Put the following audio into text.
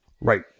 Right